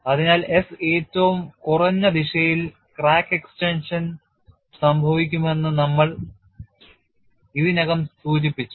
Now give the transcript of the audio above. അതിനാൽ S ഏറ്റവും കുറഞ്ഞ ദിശയിൽ ക്രാക്ക് എക്സ്റ്റൻഷൻ സംഭവിക്കുമെന്ന് നമ്മൾ ഇതിനകം സൂചിപ്പിച്ചു